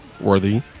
worthy